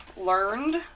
learned